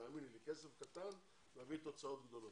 תאמינו לי, כסף קטן מביא תוצאות גדולות.